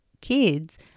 kids